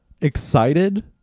excited